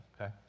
okay